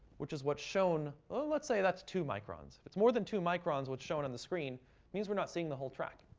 which is what's shown well, let's say, that's two microns. if it's more than two microns, what's shown on the screen, it means we're not seeing the whole track.